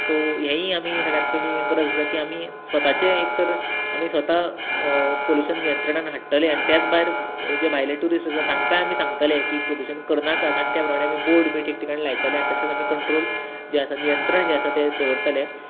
so हेयूंय आमी सगळ्यांत पयलीं गरज आसा की स्वताचेय एक तर आमी स्वता पोल्यूशन नियंत्रणांत हाडटले आनी त्याच भायर जे भायले टुरिस्ट आसात तांकांय आमी सांगतले की प्रदूशण करनाकात आनी त्या प्रमाणे बोर्ड बी ठिक ठिकाणी लायतले आनी कंट्रोल जे आसा नियंत्रण जे आसा ते दवरताले